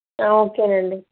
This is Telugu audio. ఓకేనండి